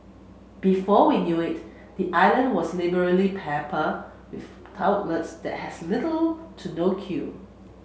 before we knew it the island was liberally peppered with outlets that has little to no queue